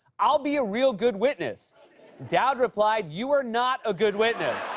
i'll be a real good witness dowd replied, you are not a good witness